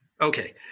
Okay